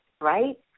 right